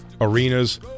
Arenas